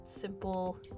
simple